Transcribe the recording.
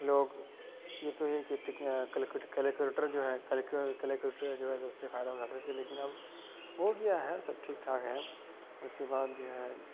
لوگ یہ تو یہ کہ کیلکولیٹر جو ہے کیلکولیٹر جو ہے تو اس سے فائدہ اٹھاتے تھے لیکن اب ہو گیا ہے سب ٹھیک ٹھاک ہے اس کے بعد جو ہے